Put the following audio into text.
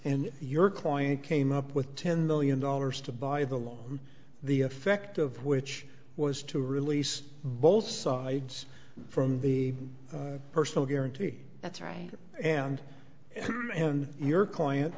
and your client came up with ten million dollars to buy the loan the effect of which was to release both sides from the personal guarantee that's right and and your client